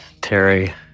Terry